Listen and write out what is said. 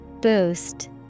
Boost